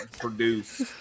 produce